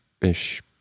ish